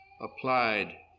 applied